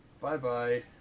Bye-bye